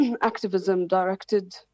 activism-directed